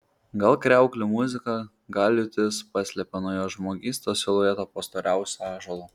gal kriauklių muzika gal liūtis paslėpė nuo jo žmogystos siluetą po storiausiu ąžuolu